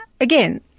again